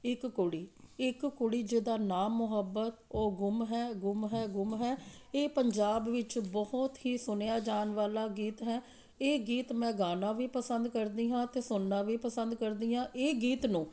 ਇੱਕ ਕੁੜੀ ਇੱਕ ਕੁੜੀ ਜਿਹਦਾ ਨਾਮ ਮੁਹੱਬਤ ਉਹ ਗੁੰਮ ਹੈ ਗੁੰਮ ਹੈ ਗੁੰਮ ਹੈ ਇਹ ਪੰਜਾਬ ਵਿੱਚ ਬਹੁਤ ਹੀ ਸੁਣਿਆ ਜਾਣ ਵਾਲਾ ਗੀਤ ਹੈ ਇਹ ਗੀਤ ਮੈਂ ਗਾਉਣਾ ਵੀ ਪਸੰਦ ਕਰਦੀ ਹਾਂ ਅਤੇ ਸੁਣਨਾ ਵੀ ਪਸੰਦ ਕਰਦੀ ਹਾਂ ਇਹ ਗੀਤ ਨੂੰ